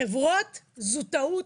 לחברות זו טעות.